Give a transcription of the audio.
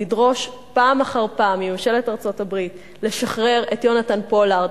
לדרוש פעם אחר פעם מממשלת ארצות-הברית לשחרר את יונתן פולארד,